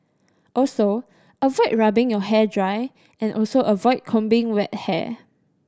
also avoid rubbing your hair dry and also avoid combing wet hair